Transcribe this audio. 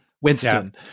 Winston